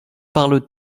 parlent